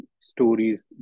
stories